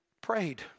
prayed